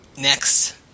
Next